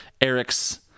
Eric's